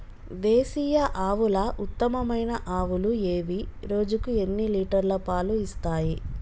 దేశీయ ఆవుల ఉత్తమమైన ఆవులు ఏవి? రోజుకు ఎన్ని లీటర్ల పాలు ఇస్తాయి?